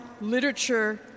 literature